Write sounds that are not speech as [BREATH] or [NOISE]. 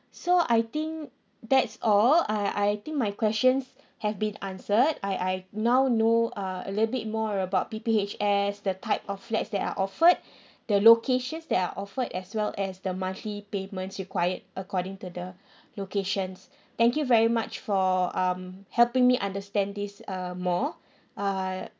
so I think that's all I I think my questions have been answered I I now know uh a little bit more about P_P_H_S the type of flats that are offered [BREATH] the locations that are offered as well as the monthly payments required according to the locations thank you very much for um helping me understand this uh more uh